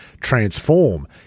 transform